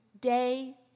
day